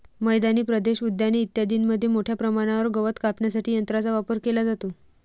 मैदानी प्रदेश, उद्याने इत्यादींमध्ये मोठ्या प्रमाणावर गवत कापण्यासाठी यंत्रांचा वापर केला जातो